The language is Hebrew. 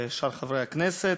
וקבוצת חברי הכנסת.